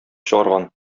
чыгарган